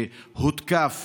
שהותקף